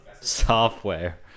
Software